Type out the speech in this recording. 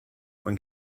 when